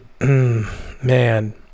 man